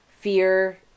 fear